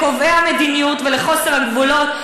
לקובעי המדיניות ולחוסר הגבולות,